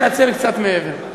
אשתדל לנצל קצת מעבר.